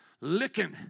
licking